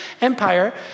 empire